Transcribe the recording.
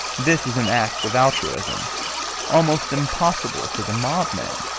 this is an act of altruism almost impossible to the mob-man,